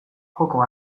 joko